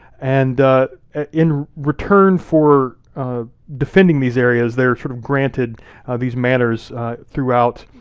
and ah in return for defending these areas they're sort of granted these manors throughout